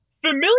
familiar